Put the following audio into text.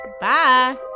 bye